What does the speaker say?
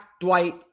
Dwight